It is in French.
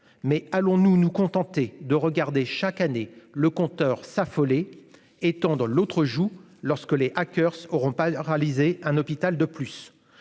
mais allons-nous nous contenter de regarder chaque année, le compteur s'affoler et tendre l'autre joue lorsque les hackeurs auront pas réalisé un hôpital de plus